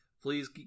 Please